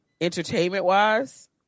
Entertainment-wise